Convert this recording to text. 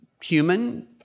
Human